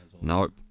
Nope